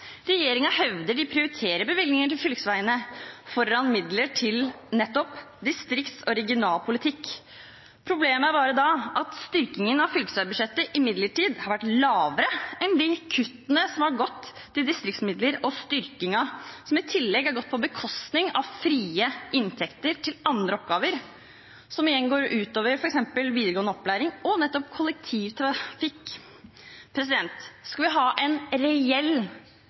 hevder de prioriterer bevilgninger til fylkesveiene foran midler til nettopp distrikts- og regionalpolitikk. Problemet er bare at styrkingen av fylkesveibudsjettene imidlertid har vært lavere enn kuttene i distriktsmidler, og styrkingen har i tillegg gått på bekostning av frie inntekter til andre oppgaver, som igjen går ut over f.eks. videregående opplæring og nettopp kollektivtrafikk. Skal vi ha reell